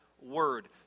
word